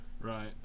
Right